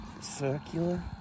circular